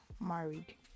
married